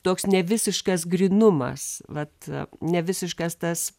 toks nevisiškas grynumas vat nevisiškas tas